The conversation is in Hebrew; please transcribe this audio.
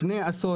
לפני עשור,